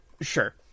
sure